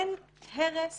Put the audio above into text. אין הרס